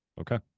Okay